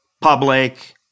public